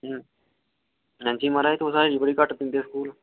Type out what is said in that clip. हां जी महाराज तुस हाजिरी बड़ी घट्ट दिंदे ओ स्कूल